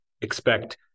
expect